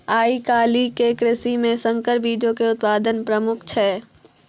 आइ काल्हि के कृषि मे संकर बीजो के उत्पादन प्रमुख छै